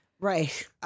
Right